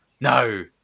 No